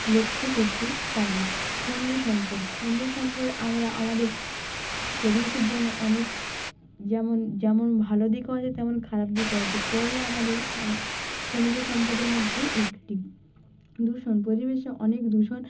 লক্ষ্য করতে পারি খনিজ সম্পদ খনিজ সম্পদ আমরা আমাদের পরিবেশের জন্য অনেক যেমন যেমন ভালো দিকও আছে তেমন খারাপ দিকও আছে কয়লা আমাদের খনিজ সম্পদের মধ্যে একটি দূষণ পরিবেশে অনেক দূষণ